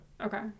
Okay